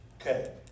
Okay